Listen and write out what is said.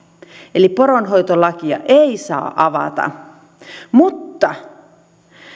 eli poronhoitolakia ei saa avata mutta